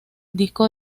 disco